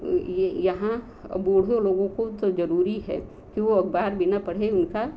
यहाँ बूढ़ों लोगों के लिए तो ज़रूरी है कि वह अखबार पढ़े बिना उनका